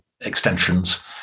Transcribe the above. extensions